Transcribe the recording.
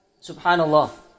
Subhanallah